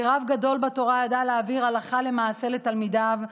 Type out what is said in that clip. כרב גדול בתורה ידע להעביר הלכה למעשה לתלמידיו,